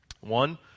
One